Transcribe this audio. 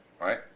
right